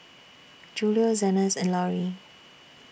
Julio Zenas and Lauri